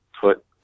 put